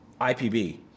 IPB